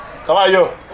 caballo